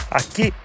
aqui